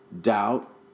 doubt